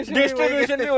distribution